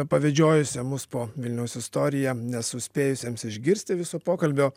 pavedžiojusio mus po vilniaus istoriją nesuspėjusiems išgirsti viso pokalbio